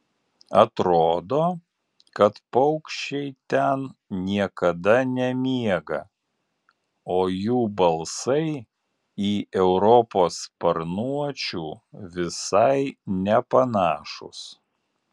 atrodo kad paukščiai ten niekada nemiega o jų balsai į europos sparnuočių visai nepanašūs